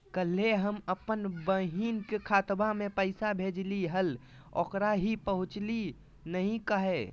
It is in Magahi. कल्हे हम अपन बहिन के खाता में पैसा भेजलिए हल, ओकरा ही पहुँचलई नई काहे?